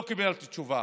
לא קיבלתי תשובה.